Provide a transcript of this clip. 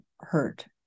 hurt